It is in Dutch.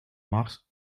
mars